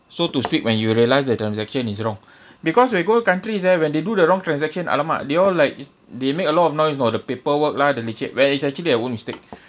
so to speak when you realise that transaction is wrong because when go to countries eh when they do the wrong transaction !alamak! they all like is they make a lot of noise you know the paperwork lah the where it's actually their own mistake